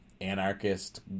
anarchist